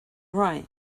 right